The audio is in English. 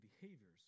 behaviors